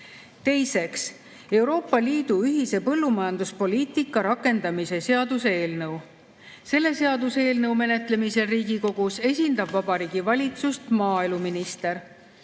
Teiseks, Euroopa Liidu ühise põllumajanduspoliitika rakendamise seaduse eelnõu. Selle seaduseelnõu menetlemisel Riigikogus esindab Vabariigi Valitsust maaeluminister.